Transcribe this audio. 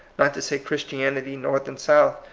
not to say christianity, north and south,